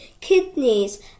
kidneys